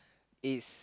it's